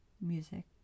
Music